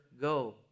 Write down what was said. go